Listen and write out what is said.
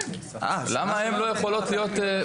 למה הם לא יכולים להיות.